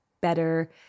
better